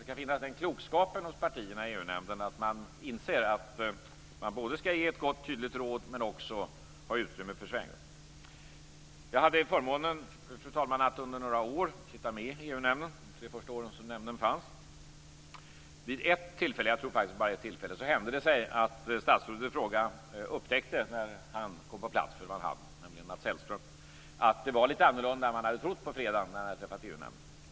Den klokskapen skall finnas hos partierna i EU-nämnden att man inser att man både skall ge ett gott och tydligt råd men också ha utrymme för svängrum. Fru talman! Jag hade förmånen att under några år sitta med i EU-nämnden, de tre första åren som nämnden fanns. Vid ett tillfälle hände det sig att när statsrådet i fråga, nämligen Mats Hellström, kom på plats upptäckte han att läget var litet annorlunda än vad han hade trott på fredagen när han träffade EU nämnden.